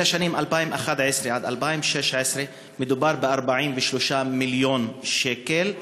בשנים 2011 עד 2016 מדובר ב-43 מיליון שקל,